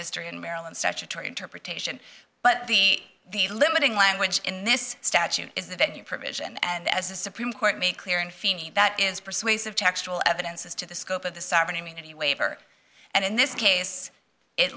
history in maryland statutory interpretation but be the limiting language in this statute is the venue provision and as the supreme court made clear in feeney that is persuasive textual evidence as to the scope of the sovereign immunity waiver and in this case it